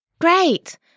Great